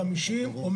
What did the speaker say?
אפשר להמשיך, בבקשה?